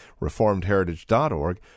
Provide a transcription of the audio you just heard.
reformedheritage.org